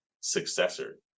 successor